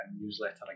newsletter